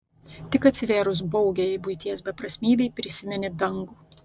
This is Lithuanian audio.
tik atsivėrus baugiajai buities beprasmybei prisimeni dangų